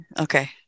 Okay